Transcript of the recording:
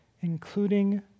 including